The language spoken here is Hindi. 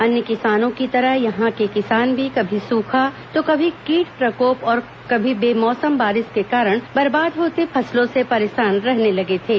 अन्य किसानों की तरह यहां के किसान भी कभी सूखा तो कभी कीट प्रकोप और कभी बे मौसम बारिश के कारण बर्बाद होते फसलों से परेशान रहने लगे थे